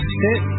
sit